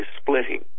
splitting